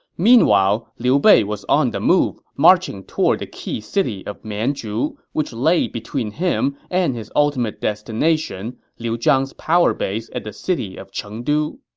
meanwhile, liu bei was on the move, marching toward the key city of mianzhu, which laid between him and his ultimate destination, liu zhang's power base at the city of chengdu.